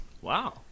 Wow